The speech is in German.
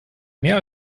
mehr